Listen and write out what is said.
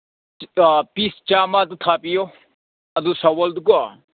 piece ꯆꯥꯝꯃꯗꯨ ꯊꯥꯕꯤꯌꯣ ꯑꯗꯨ ꯁꯥꯋꯜꯗꯨ ꯀꯣ